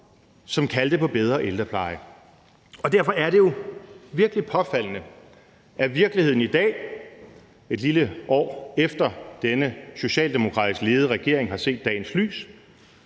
som kaldte på bedre ældrepleje. Derfor er det jo virkelig påfaldende, at virkeligheden i dag, et lille år efter denne socialdemokratisk ledede regering har set dagens lys,